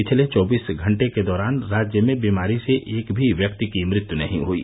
पिछले चौबीस घंटे के दौरान राज्य में बीमारी से एक भी व्यक्ति की मृत्यु नही हुयी